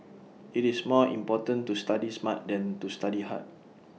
IT is more important to study smart than to study hard